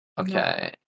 Okay